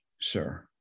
sir